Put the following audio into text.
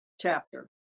chapter